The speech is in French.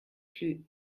plus